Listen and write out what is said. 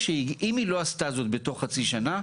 אם היא לא עשתה זאת בתוך חצי שנה.